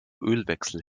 ölwechsel